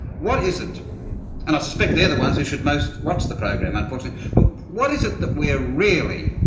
what is it and i suspect they're the ones who should most watch the program unfortunately but what is it that we're really,